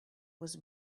was